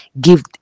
give